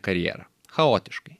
karjerą chaotiškai